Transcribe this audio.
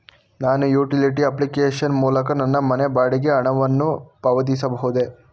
ನಾನು utility application ಮೂಲಕ ನನ್ನ ಮನೆ ಬಾಡಿಗೆ ಹಣವನ್ನು ಪಾವತಿಸಬಹುದೇ?